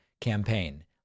campaign